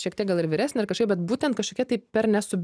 šiek tiek gal ir vyresnė ar kažkaip bet būtent kažkokia tai per nesu